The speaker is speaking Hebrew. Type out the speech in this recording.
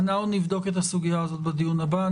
אנחנו נבדוק את הסוגיה הזו בדיון הבא.